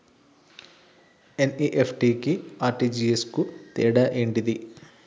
NEFT కి RTGS కు తేడా ఏంటిది?